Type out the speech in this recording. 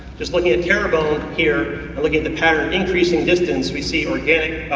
just look at terrebone here, and look at the pattern increase in distance. we see organic.